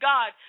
God